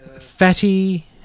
Fatty